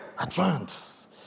advance